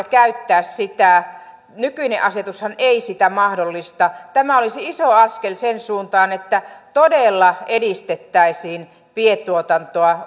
käyttää sitä nykyinen asetushan ei sitä mahdollista tämä olisi iso askel siihen suuntaan että todella edistettäisiin pientuotantoa